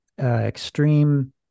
Extreme